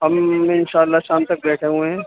ہم انشاء اللہ شام تک بیٹھے ہوئے ہیں